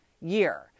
year